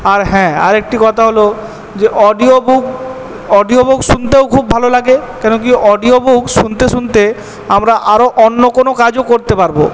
আর হ্যাঁ আর একটি কথা হলো যে অডিও বুক অডিও বুক শুনতেও খুব ভালো লাগে কেন কি অডিও বুক শুনতে শুনতে আমরা আরও অন্য কোনো কাজও করতে পারবো